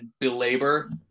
belabor